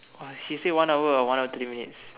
!wah! she say one hour or one or thirty minutes